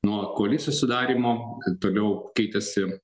nuo koalicijos sudarymo toliau keitėsi